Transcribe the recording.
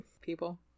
People